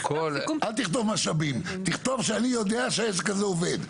אל תכתוב משאבים, תכתוב שאני יודע איך זה עובד.